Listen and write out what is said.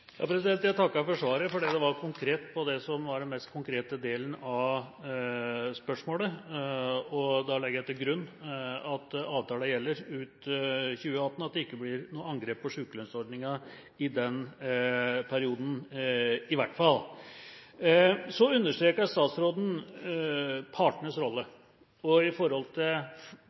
Jeg takker for svaret. Det var konkret når det gjaldt den mest konkrete delen av spørsmålet. Jeg legger da til grunn at avtalen gjelder ut 2018, at det i hvert fall ikke blir noe angrep på sykelønnsordninga i den perioden. Statsråden understreker partenes rolle. For alle målene i avtalen og for stabiliteten i